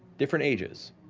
different ages,